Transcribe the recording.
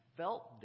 felt